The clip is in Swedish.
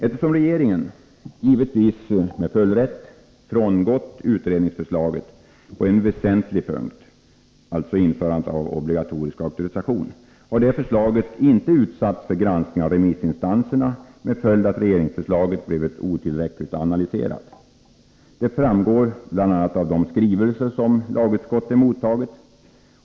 Eftersom regeringen — givetvis med full rätt — frångått utredningsförslaget på en så väsentlig punkt som när det gäller införande av obligatorisk auktorisation, har detta förslag inte utsatts för granskning av remissinstanserna med påföljd att regeringsförslaget blivit otillräckligt analyserat. Det framgår bl.a. av de skrivelser som LU emottagit.